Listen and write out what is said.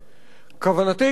כוונתי היא כמובן,